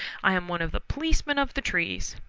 i am one of the policemen of the trees.